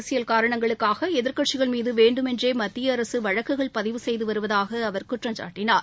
அரசியல் காரணங்களுக்காக எதிா்க்கட்சிகள் மீது வேண்டுமென்றே மத்திய அரசு வழக்குகள் பதிவு செய்து வருவதாக அவர் குற்றம்சாட்டினார்